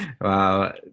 Wow